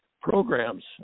programs